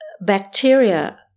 bacteria